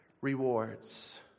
rewards